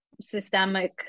systemic